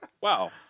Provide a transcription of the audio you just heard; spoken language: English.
Wow